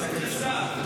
כי זו קריסה.